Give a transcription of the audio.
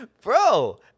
Bro